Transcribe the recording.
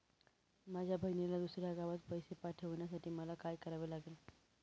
माझ्या बहिणीला दुसऱ्या गावाला पैसे पाठवण्यासाठी मला काय करावे लागेल?